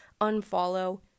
unfollow